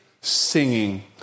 Singing